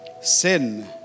Sin